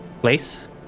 place